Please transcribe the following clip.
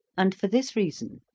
and for this reason.